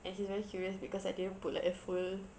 and he's very curious because I didn't put like a full